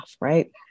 right